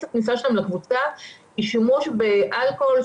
הכניסה שלהם לקבוצה הוא שימוש באלכוהול,